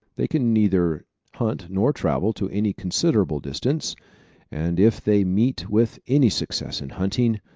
they can neither hunt nor travel to any considerable distance and if they meet with any success in hunting,